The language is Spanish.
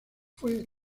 fue